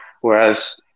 Whereas